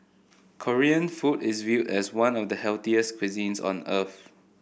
Korean food is viewed as one of the healthiest cuisines on earth